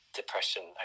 depression